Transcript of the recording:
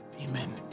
Amen